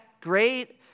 great